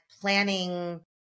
planning